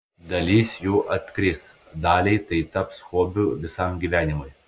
dalis jų atkris daliai tai taps hobiu visam gyvenimui